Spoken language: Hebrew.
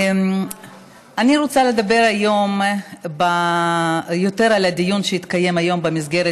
אני רוצה לדבר היום יותר על הדיון שהתקיים היום במסגרת